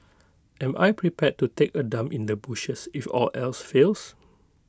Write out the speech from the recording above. am I prepare to take A dump in the bushes if all else fails